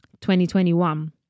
2021